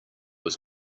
was